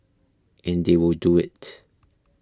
and they will do it